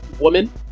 woman